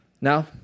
Now